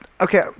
Okay